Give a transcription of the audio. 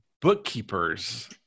bookkeepers